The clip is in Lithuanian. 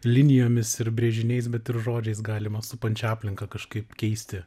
linijomis ir brėžiniais bet ir žodžiais galima supančią aplinką kažkaip keisti